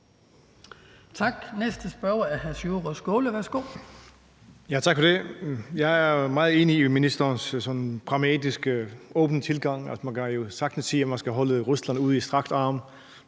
Jeg er meget enig i ministerens sådan pragmatiske, åbne tilgang – altså, man kan jo sagtens sige, at man skal holde Rusland ud i strakt arm